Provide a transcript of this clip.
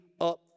up